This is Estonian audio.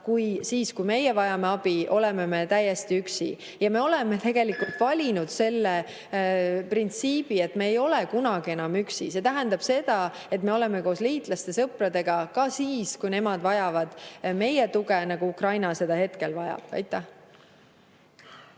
et siis, kui meie vajame abi, oleme me täiesti üksi. Me oleme valinud selle printsiibi, et me ei ole enam kunagi üksi. See tähendab seda, et me oleme koos liitlastega, sõpradega ka siis, kui nemad vajavad meie tuge, nagu Ukraina seda hetkel vajab. Kuidas